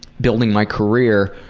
building my career,